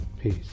Peace